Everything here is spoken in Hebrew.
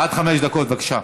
עד חמש דקות, בבקשה.